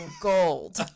gold